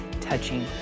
touching